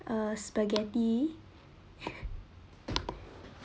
uh spaghetti